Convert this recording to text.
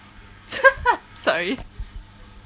sorry